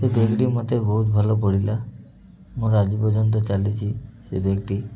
ସେ ବେଗ୍ଟି ମୋତେ ବହୁତ ଭଲ ପଡ଼ିଲା ମୋର ଆଜି ପର୍ଯ୍ୟନ୍ତ ଚାଲିଛି ସେ ବେଗ୍ଟି